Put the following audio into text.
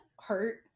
Hurt